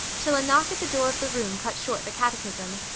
till a knock at the door of the room cut short the catechism.